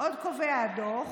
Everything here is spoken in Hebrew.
עוד קובע הדוח